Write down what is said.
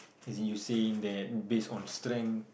as in you saying that based on strength